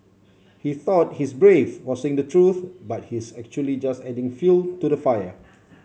he thought he's brave for saying the truth but he's actually just adding fuel to the fire